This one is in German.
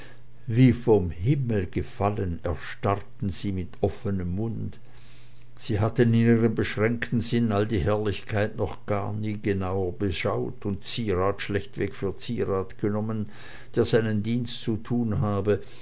wie vom himmel gefallen erstarrten sie mit offenem munde sie hatten in ihrem beschränkten sinne all die herrlichkeit noch gar nie genauer beschaut und zierat schlechtweg für zierat genommen der seinen dienst zu tun habe